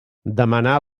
demanar